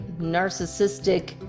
narcissistic